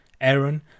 Aaron